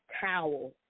towel